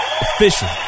Official